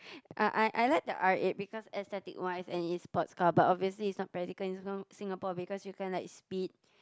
I I I like the R eight because aesthetic wise and it's sports car but obviously it's not practical in Singa~ Singapore because you can't like speed